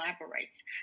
elaborates